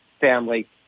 family